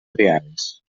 triades